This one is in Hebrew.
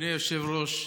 אדוני היושב-ראש,